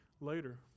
later